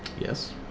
Yes